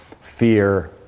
fear